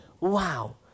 Wow